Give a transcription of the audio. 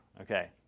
Okay